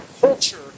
culture